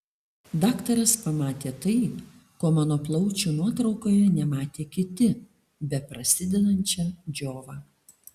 daktaras pamatė tai ko mano plaučių nuotraukoje nematė kiti beprasidedančią džiovą